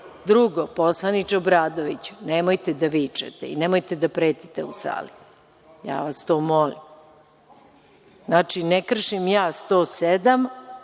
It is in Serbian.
vikali. Drugo, poslaniče Obradoviću, nemojte da vičete i nemojte da pretite u sali. Ja vas to molim. Znači, ne kršim ja 107,